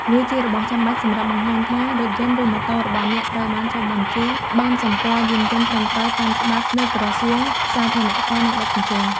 វាជារបស់ចាំបាច់សម្រាប់បង្ហាញថា រថយន្ត ឬម៉ូតូរបស់អ្នកត្រូវបាន ចុះបញ្ជីប័ណ្ណសម្គាល់យានយន្តត្រឹមត្រូវតាមច្បាប់ នៅក្រសួងសាធារណការ និងដឹកជញ្ជូន។